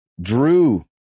Drew